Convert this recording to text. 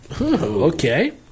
Okay